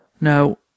No